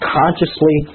consciously